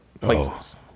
places